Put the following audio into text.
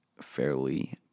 fairly